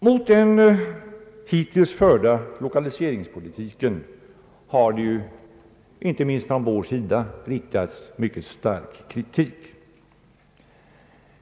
Mot den hittills förda lokaliseringspolitiken har inte minst från vår sida riktats mycket stark kritik.